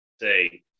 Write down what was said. say